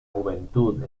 juventud